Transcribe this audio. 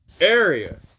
area